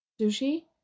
Sushi